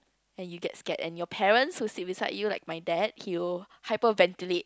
and you get scared and your parents who sit beside you like my dad he will hyperventilate